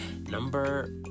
Number